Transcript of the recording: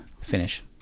Finish